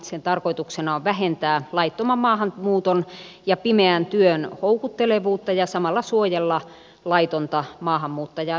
sen tarkoituksena on vähentää laittoman maahanmuuton ja pimeän työn houkuttelevuutta ja samalla suojella laitonta maahanmuuttajaa hyväksikäytöltä